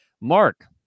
Mark